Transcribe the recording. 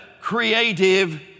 creative